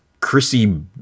Chrissy